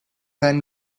then